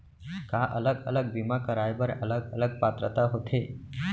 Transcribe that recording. का अलग अलग बीमा कराय बर अलग अलग पात्रता होथे?